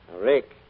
rick